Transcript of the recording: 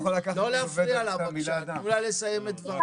לא להפריע לה בבקשה, תנו לה לסיים את דבריה.